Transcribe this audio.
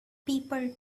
people